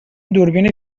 دوربین